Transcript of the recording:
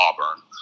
Auburn